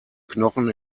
knochen